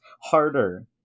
harder